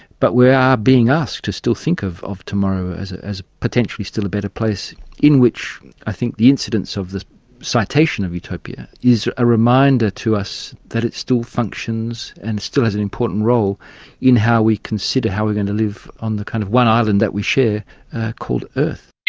but we are being asked to still think of of tomorrow as as potentially still a better place in which i think the incidence of the citation of utopia is a reminder to us that it still functions and still has an important role in how we consider how we're going to live on the kind of one island that we share called earth.